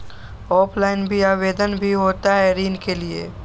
Offline भी आवेदन भी होता है ऋण के लिए?